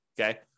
okay